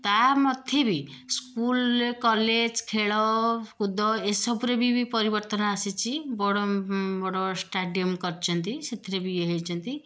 ତା' ମଧ୍ୟରେ ବି ସ୍କୁଲ୍ କଲେଜ୍ ଖେଳକୁଦ ଏସବୁରେ ବି ପରିବର୍ତ୍ତନ ଆସିଛି ବଡ଼ ବଡ଼ବଡ଼ ଷ୍ଟାଡ଼ିୟମ୍ କରିଛନ୍ତି ସେଥିରେ ବି ଇଏ ହେଇଛନ୍ତି ଆଉ